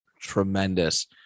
tremendous